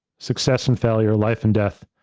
success and failure, life and death,